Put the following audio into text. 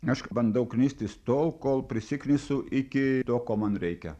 aš bandau knistis tol kol prisiknisu iki to ko man reikia